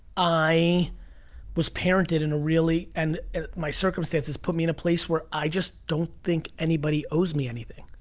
i was parented in a really, and my circumstances put me in a place where i just don't think anybody owes me anything,